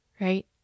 right